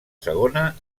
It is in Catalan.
segona